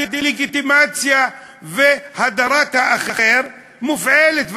הדה-לגיטימציה והדרת האחר מופעלות,